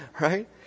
right